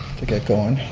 get going.